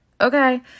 okay